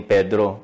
Pedro